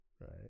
right